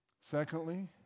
Secondly